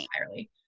entirely